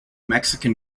mexican